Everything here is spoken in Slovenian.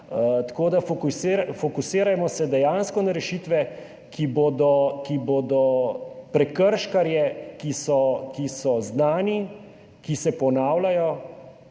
Tako da se fokusirajmo dejansko na rešitve, ki bodo prekrškarje, ki so znani, ki se ponavljajo,